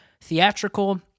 theatrical